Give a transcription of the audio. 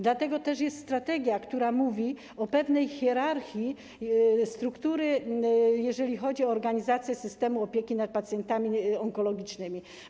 Dlatego też jest strategia, która mówi o pewnej hierarchii struktury, jeżeli chodzi o organizację systemu opieki nad pacjentami onkologicznymi.